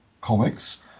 comics